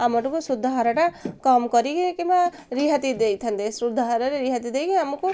ଆମଠୁ ସୁଧହାରଟା କମ୍ କରିକି କିମ୍ବା ରିହାତି ଦେଇଥାନ୍ତେ ସୁଧହାରରେ ରିହାତି ଦେଇକି ଆମକୁ